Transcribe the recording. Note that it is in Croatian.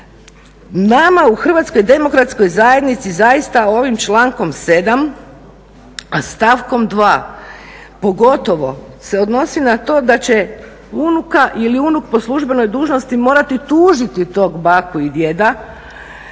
Nama u Hrvatskoj demokratskoj zajednici zaista ovim člankom 7. stavkom 2. pogotovo se odnosi na to da će unuka ili unuk po službenoj dužnosti morati tužiti tog baku i djeda